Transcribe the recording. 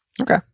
Okay